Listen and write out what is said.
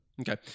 Okay